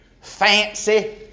fancy